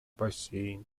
бассейна